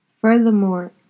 Furthermore